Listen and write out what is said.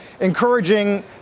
encouraging